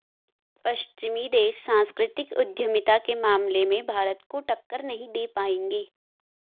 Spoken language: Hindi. पश्चिमी देश सांस्कृतिक उद्यमिता के मामले में भारत को टक्कर नहीं दे पाएंगे